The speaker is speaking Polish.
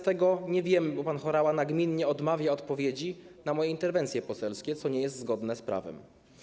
Tego nie wiemy, bo pan Horała nagminnie odmawia odpowiedzi na moje interwencje poselskie, co nie jest zgodne z prawem.